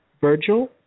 Virgil